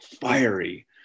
fiery